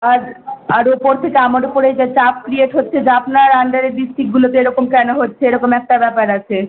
আর আর ওপর থেকে আমার উপরে যা চাপ ক্রিয়েট হচ্ছে যে আপনার আণ্ডারে ডিস্ট্রিক্টগুলোতে এরকম কেন হচ্ছে এরকম একটা ব্যাপার আছে